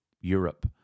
Europe